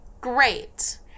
Great